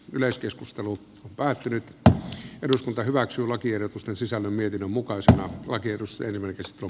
yleiskeskustelu on päättynyt että eduskunta hyväksyy lakiehdotusten sisällöstä